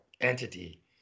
entity